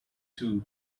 too